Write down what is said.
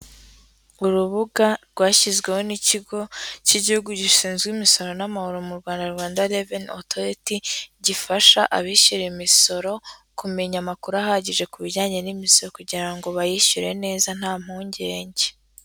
Urubuga rwashyizweho n'ikigo cy'igihugu gishinzwe imisoro n'amahoro mu Rwanda, Rwanda reveni otoriti, gifasha abishyura imisoro kumenya amakuru ahagije ku bijyanye n'imisoro, kugira ngo bayishyure neza nta mpungenge.